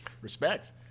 Respect